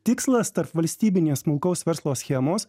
tikslas tarpvalstybinės smulkaus verslo schemos